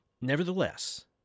Nevertheless